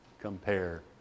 compare